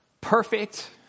perfect